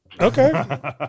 Okay